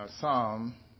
Psalm